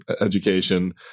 education